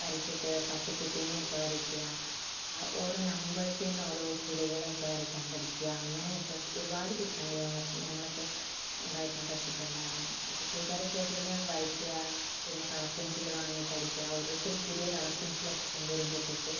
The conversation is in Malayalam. വരച്ചിട്ട് പട്ടിക്കുട്ടീനെ ഒക്കെ വരയ്ക്കുക ഓരോ നമ്പേഴ്സിൽ നിന്ന് ഓരോ കിളികളെ ഒക്കെ വരയ്ക്കാൻ പഠിക്കുക അങ്ങനെ ഒക്കെ ഒരുപാട് ചിത്രങ്ങൾ ഞാൻ വരച്ച് ഞങ്ങളൊക്കെ വരയ്ക്കാൻ പഠിച്ചിട്ടുണ്ടായിരുന്നു അപ്പോൾ കൂട്ടുകാരൊക്കെ ആയിട്ടിരുന്ന് വരയ്ക്കുക പിന്നെ കളർ പെൻസിൽ വാങ്ങിയിട്ട് അടിക്കുക ഓരോരുത്തർ പുതിയ കളർ പെൻസിൽ ഒക്കെ കൊണ്ട് വരുമ്പോഴത്തേക്ക്